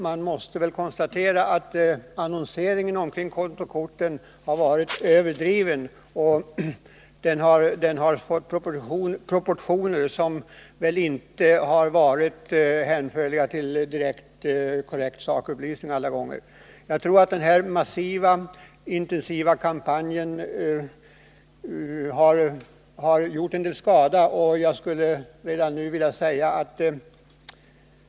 Man måste också konstatera att annonseringen av kontokorten har varit överdriven och fått proportioner som inte alla gånger har kunnat hänföras till korrekta sakupplysningar. Jag tror att den här massiva och intensiva kampanjen har gjort en del skada.